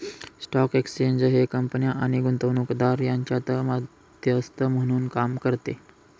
stock exchange हे कंपन्या आणि गुंतवणूकदार यांच्यात मध्यस्थ म्हणून काम करते